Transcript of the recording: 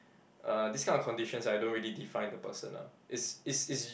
uh this kind of conditions I don't really define the person lah it's it's it's